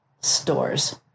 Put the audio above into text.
stores